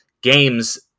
games